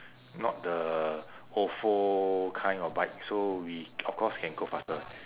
not the ofo kind of bike so we of course can go faster